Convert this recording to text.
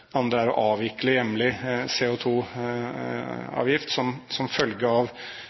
Det andre er å avvikle hjemlig CO2-avgift som følge av